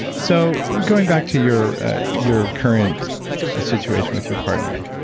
so going back to your your current situation with your partner.